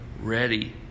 ready